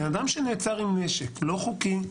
בן-אדם שנעצר עם נשק לא חוקי,